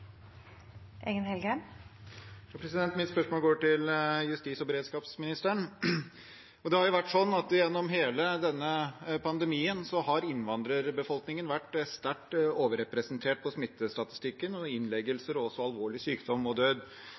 Det har vært sånn at gjennom hele denne pandemien har innvandrerbefolkningen vært sterkt overrepresentert på smittestatistikken og når det gjelder innleggelser, alvorlig sykdom og død.